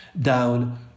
down